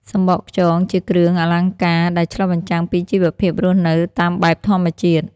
សំបកខ្យងជាគ្រឿងអលង្ការដែលឆ្លុះបញ្ចាំងពីជីវភាពរស់នៅតាមបែបធម្មជាតិ។